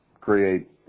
create